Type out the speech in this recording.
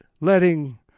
letting